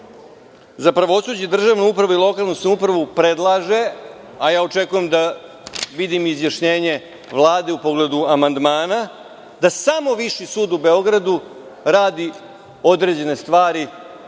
za pravosuđe, državnu upravu i lokalnu samoupravu predlaže, a ja očekujem da vidim izjašnjenje Vlade u pogledu amandmana, da samo Viši sud u Beogradu radi određene stvari, znači